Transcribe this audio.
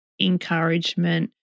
encouragement